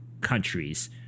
countries